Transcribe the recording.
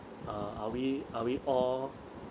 uh are we are we all